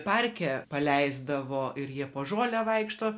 parke paleisdavo ir jie po žolę vaikšto